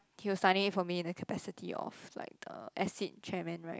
he was signing it for me in the capacity of like uh exit chairman right